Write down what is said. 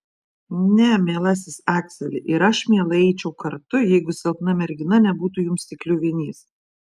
ne mielasis akseli ir aš mielai eičiau kartu jeigu silpna mergina nebūtų jums tik kliuvinys